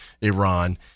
Iran